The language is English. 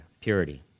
purity